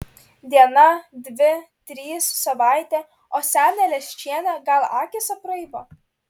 diena dvi trys savaitė o senė leščienė gal akys apraibo